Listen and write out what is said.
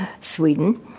Sweden